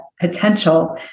Potential